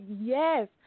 yes